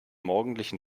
morgendlichen